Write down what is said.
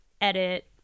edit